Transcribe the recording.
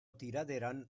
tiraderan